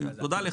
תודה לך.